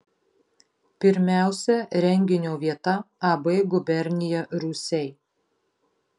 pirmiausia renginio vieta ab gubernija rūsiai